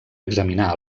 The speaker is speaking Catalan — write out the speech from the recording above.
examinar